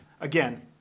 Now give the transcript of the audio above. Again